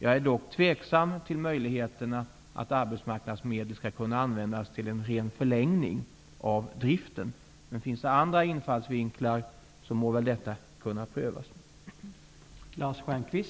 Jag är dock tveksam till möjligheten att arbetsmarknadsmedel skall användas till en ren förlängning av driften. Men om det finns andra infallsvinklar må detta prövas.